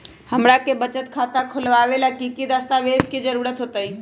हमरा के बचत खाता खोलबाबे ला की की दस्तावेज के जरूरत होतई?